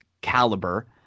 Caliber